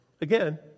Again